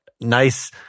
nice